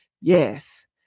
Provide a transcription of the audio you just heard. yes